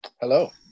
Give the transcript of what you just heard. Hello